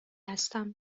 هستم